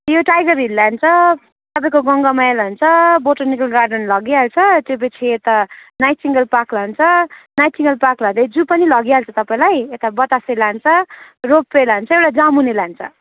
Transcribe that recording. यो tiger hill लान्छ तपाईँको गङ्गामाया लान्छ बोटानिकल गर्डन लगिहाल्छ त्यो पिछे यता नाइटिङ्गेल पार्क लान्छ नाइन्टिङ्गेल पार्क लाँदै जू पनि लगिहाल्छ तपाईँलाई यता बतासे लान्छ रोपवे लान्छ र जामुने लान्छ